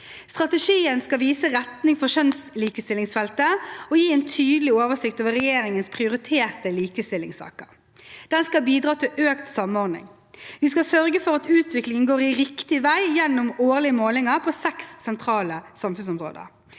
Strategien skal vise retning for kjønnslikestillingsfeltet og gi en tydelig oversikt over regjeringens prioriterte likestillingssaker. Den skal bidra til økt samordning. Vi skal sørge for at utviklingen går riktig vei gjennom årlige målinger på seks sentrale samfunnsområder.